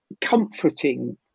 comforting